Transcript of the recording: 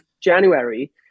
January